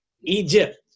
Egypt